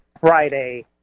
Friday